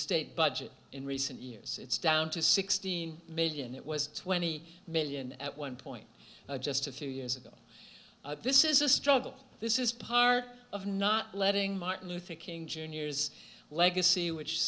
state budget in recent years it's down to sixteen million it was twenty million at one point just a few years ago this is a struggle this is part of not letting martin luther king jr's legacy which